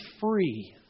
free